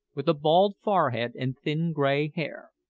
with a bald forehead and thin grey hair.